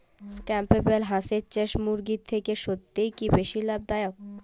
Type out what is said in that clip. Campbell হাঁসের চাষ মুরগির থেকে সত্যিই কি বেশি লাভ দায়ক?